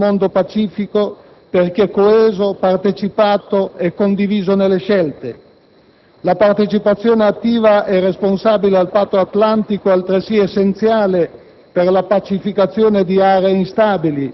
Solo così si può pensare di costruire pace, democrazia e benessere. Solo così si può contrastare l'insorgenza del terrorismo internazionale e allontanare lo spettro dei conflitti di civiltà.